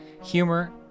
humor